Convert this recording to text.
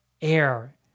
air